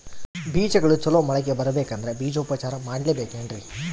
ಬೇಜಗಳು ಚಲೋ ಮೊಳಕೆ ಬರಬೇಕಂದ್ರೆ ಬೇಜೋಪಚಾರ ಮಾಡಲೆಬೇಕೆನ್ರಿ?